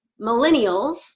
millennials